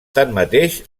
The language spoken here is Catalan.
tanmateix